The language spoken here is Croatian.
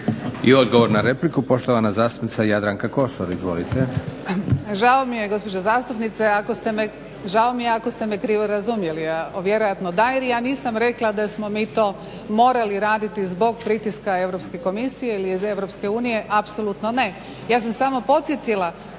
I odgovor na repliku, poštovana zastupnica Jadranka Kosor. Izvolite. **Kosor, Jadranka (HDZ)** Žao mi je gospođo zastupnice ako ste me krivo razumjeli, a vjerojatno da jer ja nisam rekla da smo mi to morali raditi zbog pritiska Europske komisije ili EU, apsolutno ne. Ja sam samo podsjetila